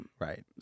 Right